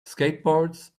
skateboards